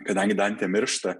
kadangi dantė miršta